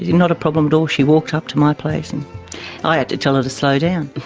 not a problem at all, she walked up to my place. and i had to tell her to slow down.